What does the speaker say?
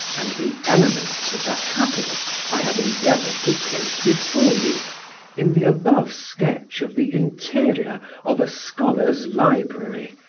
and the elements of that happiness i have endeavoured to place before you in the above sketch of the interior of a scholar's library,